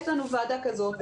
יש לנו ועדה כזאת,